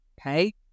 Okay